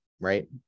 right